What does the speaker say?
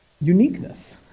uniqueness